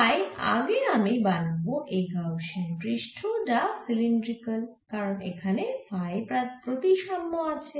তাই আগে আমি বানাব এই গাউসিয়ান পৃষ্ঠ যা সিলিন্ড্রিকাল কারণ এখানে ফাই প্রতিসাম্য রয়েছে